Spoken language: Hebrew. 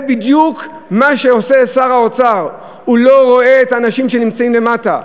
זה בדיוק מה שעושה שר האוצר: הוא לא רואה את האנשים שנמצאים למטה.